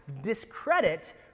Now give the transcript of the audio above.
discredit